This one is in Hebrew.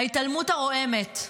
ההתעלמות הרועמת,